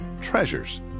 treasures